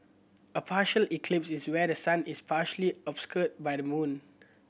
a partial eclipse is where the sun is partially obscured by the moon